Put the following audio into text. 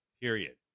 period